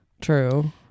True